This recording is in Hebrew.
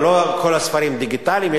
אבל לא כל הספרים דיגיטליים.